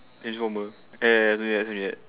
transformer ya ya ya something like that